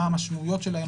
מה המשמעויות שלהן,